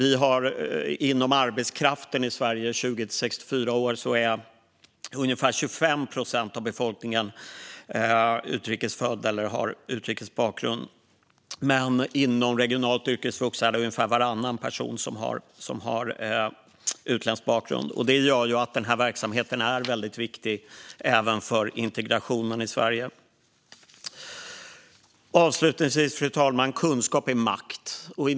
Inom arbetskraften i Sverige, 20-64 år, är ungefär 25 procent av befolkningen utrikes födda eller har utrikes bakgrund, men inom regionalt yrkesvux är det ungefär varannan person som har utländsk bakgrund. Det gör att verksamheten är viktig även för integrationen i Sverige. Fru talman! Kunskap är makt.